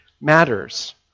matters